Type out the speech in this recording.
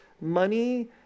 money